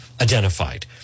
identified